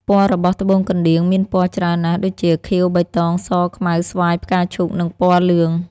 ពណ៍របស់ត្បូងកណ្តៀងមានពណ៌ច្រើនណាស់ដូចជា ខៀវ បៃតង ស ខ្មៅ ស្វាយ ផ្កាឈូក និងពណ៌លឿង។